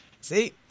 See